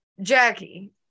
Jackie